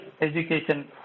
Education